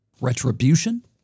Retribution